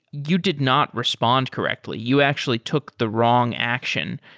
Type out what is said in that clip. you did not respond correctly. you actually took the wrong action,